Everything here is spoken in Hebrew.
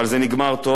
אבל זה נגמר טוב,